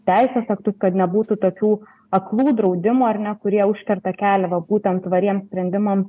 teisės aktus kad nebūtų tokių aklų draudimų ar ne kurie užkerta kelią va būtent tvariems sprendimam